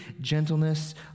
gentleness